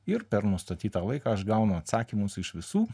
ir per nustatytą laiką aš gaunu atsakymus iš visų